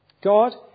God